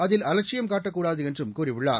அதில் அவட்சியம் காட்டக்கூடாது என்றும் கூறியுள்ளார்